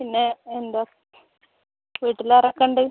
പിന്നെ എന്താണ് വീട്ടിൽ ആരൊക്കെ ഉണ്ട്